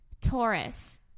Taurus